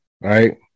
right